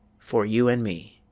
for you and me.